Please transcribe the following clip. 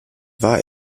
war